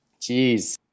Jeez